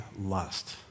lust